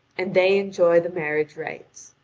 and they enjoy the marriage rights.